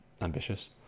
Ambitious